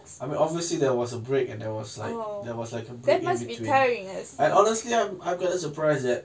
I mean obviously there was a break and there was like there was like a break in between and I honestly I'm I've got a surprise that